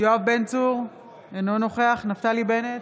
יואב בן צור, אינו נוכח נפתלי בנט,